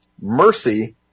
mercy